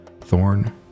Thorn